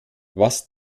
was